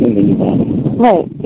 Right